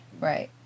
Right